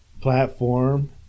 platform